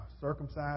circumcised